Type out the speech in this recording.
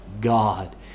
God